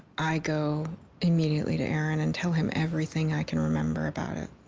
i go immediately to aaron and tell him everything i can remember about it